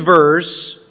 verse